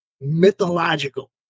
mythological